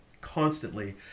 constantly